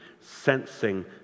sensing